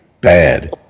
bad